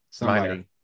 Minor